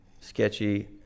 sketchy